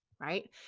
right